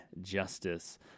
justice